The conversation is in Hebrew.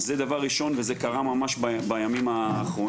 אז זה דבר ראשון וזה קרה ממש בימים האחרונים.